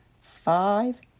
five